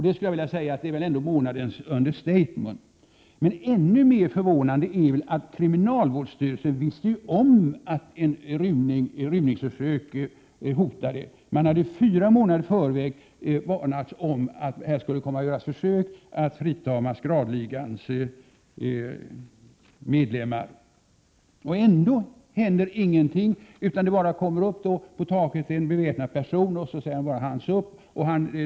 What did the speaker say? Det är väl ändå månadens understatement. Ännu mer förvånande är att kriminalvårdsstyrelsen visste om att ett rymningsförsök hotade. Fyra månader tidigare hade man varnats om att det skulle göras ett försök att frita maskeradligans medlemmar. Ändå hände ingenting. Så kommer det upp på taket en beväpnad person, som säger hands up.